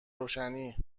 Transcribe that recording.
روشنی